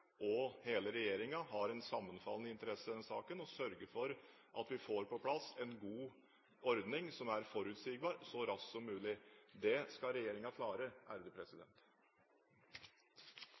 og hele regjeringen har en sammenfallende interesse i denne saken – å sørge for at vi så raskt som mulig får på plass en god ordning som er forutsigbar.